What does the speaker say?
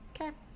Okay